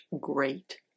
great